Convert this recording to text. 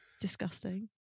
disgusting